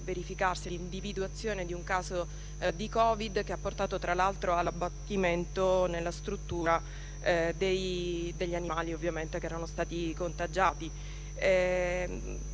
con l'individuazione di un caso di Covid che ha portato, tra l'altro, all'abbattimento nella struttura degli animali che erano stati contagiati.